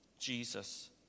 Jesus